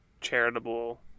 charitable